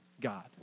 God